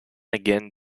again